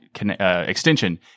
extension